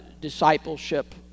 discipleship